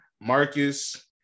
Marcus